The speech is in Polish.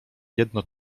jedno